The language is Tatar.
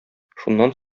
шуннан